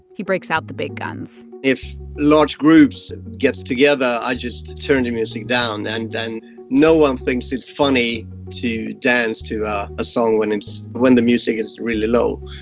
he breaks out the big guns if large groups gets together, i just turn the music down, and then no one thinks it's funny to dance to ah a song when it's when the music is really low.